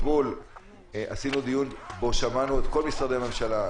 אתמול עשינו דיון שבו שמענו את כל משרדי הממשלה,